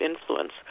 influence